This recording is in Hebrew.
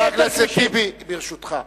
חבר הכנסת טיבי, ברשותך,